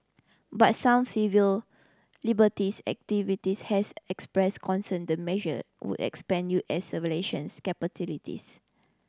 but some civil liberties activist has expressed concern the measure would expand U S capabilities